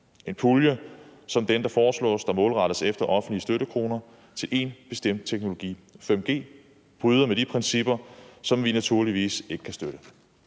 en pulje som den, der foreslås, der målrettes efter offentlige støttekroner til én bestemt teknologi, 5G, bryder med de principper, hvilket vi naturligvis ikke kan støtte.